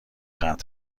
ختم